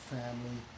family